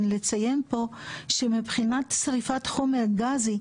חשוב לציין פה שמבחינת שריפת חומר גזי,